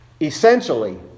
essentially